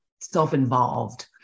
self-involved